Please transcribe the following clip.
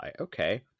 Okay